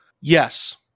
Yes